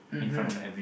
mmhmm